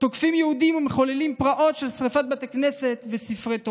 תוקפים יהודים ומחוללים פרעות של שרפת בתי כנסת וספרי תורה.